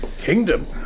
Kingdom